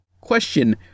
Question